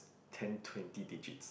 ten twenty digits